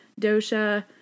dosha